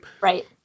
Right